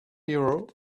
hero